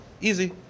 easy